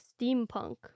steampunk